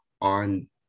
on